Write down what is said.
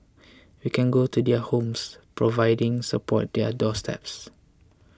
we can go to their homes providing support their doorsteps